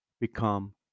become